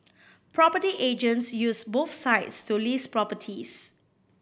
property agents use both sites to list properties